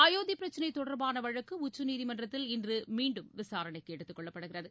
அயோத்தி பிரச்னை தொடர்பான வழக்கு உச்சநீதிமன்றத்தில் இன்று மீண்டும் விசாரணைக்கு எடுத்துக் கொள்ளப்படுகிறது